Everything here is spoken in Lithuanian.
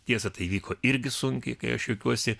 tiesa tai įvyko irgi sunkiai kai aš juokiuosi